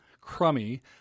crummy